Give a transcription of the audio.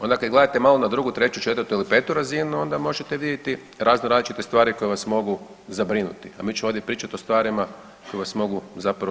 Onda kad gledate malo na drugu, treću, četvrtu ili petu razinu onda možete vidjeti razno različite stvari koje vas mogu zabrinuti, a mi ćemo ovdje pričati o stvarima koje vas mogu zapravo